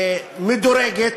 מדורגת.